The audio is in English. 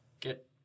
get